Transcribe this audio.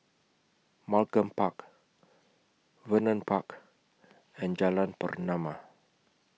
Malcolm Park Vernon Park and Jalan Pernama